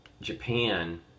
Japan